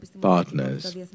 partners